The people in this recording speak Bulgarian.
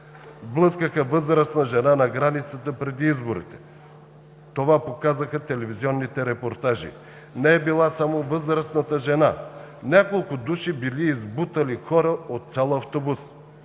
Блъскаха възрастна жена на границата преди изборите – това показаха телевизионните репортажи. Не е била само възрастната жена, няколко души били избутали хора от цял автобус.